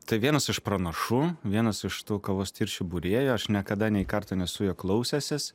tai vienas iš pranašų vienas iš tų kavos tirščių būrėjų aš niekada nei karto nesu jo klausęsis